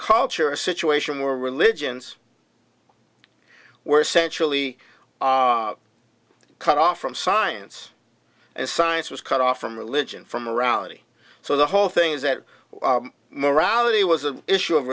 culture a situation where religions were centrally cut off from science and science was cut off from religion from morality so the whole thing is that morality was an issue of